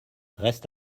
reste